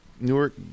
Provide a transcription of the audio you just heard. Newark